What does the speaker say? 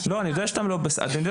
אני יודע שאתם בסדר.